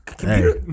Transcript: Hey